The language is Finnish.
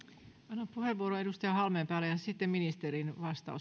annan puheenvuoron edustaja halmeenpäälle ja sitten ministerin